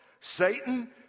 Satan